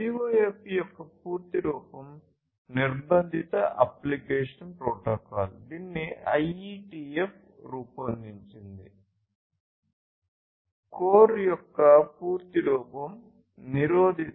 CoAP యొక్క పూర్తి రూపం నిర్బంధిత అప్లికేషన్ ప్రోటోకాల్ దీనిని IETF రూపొందించింది